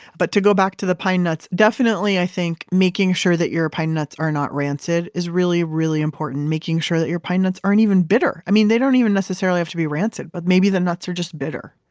but to go back to the pine nuts, definitely, i think, making sure that your pine nuts are not rancid is really, really important. making sure that your pine nuts aren't even bitter. i mean, they don't even necessarily have to be rancid, but maybe the nuts are just bitter,